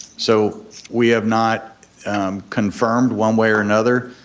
so we have not confirmed one way or another,